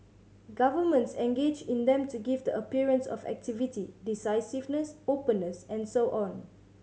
governments engage in them to give the appearance of activity decisiveness openness and so on